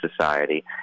society